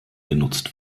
genutzt